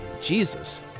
Jesus